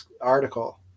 article